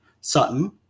Sutton